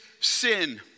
sin